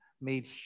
made